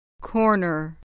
corner